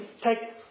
take